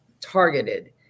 targeted